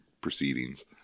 proceedings